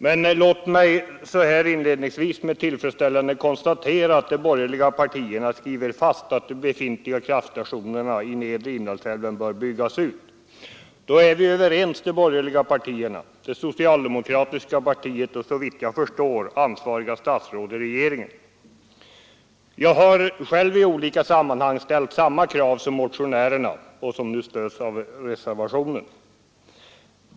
Inledningsvis vill jag med tillfredsställelse konstatera att de borgerliga partierna skriver fast att befintliga kraftstationer i nedre Indalsälven bör byggas ut. De borgerliga partierna, det socialdemokratiska partiet och såvitt jag förstår ansvariga statsråd i regeringen är alltså överens. Jag har själv i olika sammanhang ställt samma krav som motionärerna och reservanterna nu ställer.